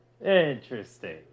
Interesting